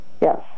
Yes